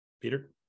Peter